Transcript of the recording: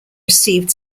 received